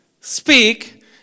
speak